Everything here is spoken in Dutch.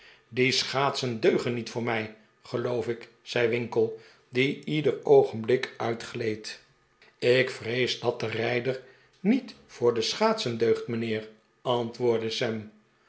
die schaatsen deugen niet voor mij geloof ik zei winkle die ieder oogenblik uitgleed ik vrees dat d e rijder niet voor de schaatsen deugt mijnheer antwoordde sam